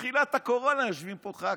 מתחילת הקורונה יושבים פה ח"כים,